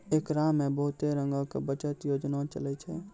एकरा मे बहुते रंगो के बचत योजना चलै छै